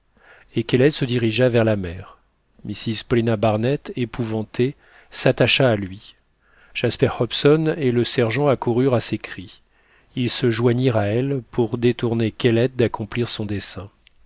et kellet se dirigea vers la mer mrs paulina barnett épouvantée s'attacha à lui jasper hobson et le sergent accoururent à ses cris ils se joignirent à elle pour détourner kellet d'accomplir son dessein